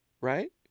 right